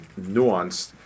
nuanced